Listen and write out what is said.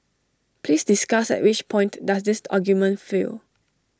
please discuss at which point does this argument fail